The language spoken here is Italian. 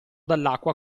dall’acqua